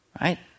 right